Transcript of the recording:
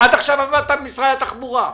עד עכשיו עבדת במשרד התחבורה.